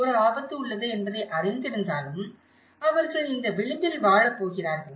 ஒரு ஆபத்து உள்ளது என்பதை அறிந்திருந்தாலும் அவர்கள் இந்த விளிம்பில் வாழப் போகிறார்கள்